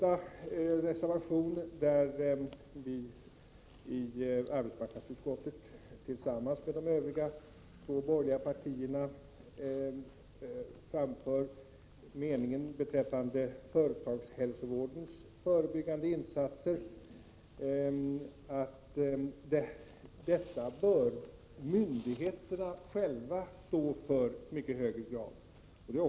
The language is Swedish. I reservation 3 har vi i arbetsmarknadsutskottet tillsammans med de övriga två borgerliga partierna beträffande företagshälsovårdens förebyggande insatser framfört meningen att myndigheterna själva bör få betala i mycket högre grad än nu.